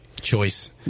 Choice